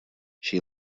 she